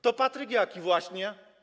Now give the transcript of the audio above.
To Patryk Jaki właśnie.